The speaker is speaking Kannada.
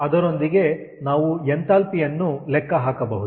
ಅದರೊಂದಿಗೆ ನಾವು ಎಂಥಾಲ್ಪಿ ಯನ್ನು ಲೆಕ್ಕ ಹಾಕಬಹುದು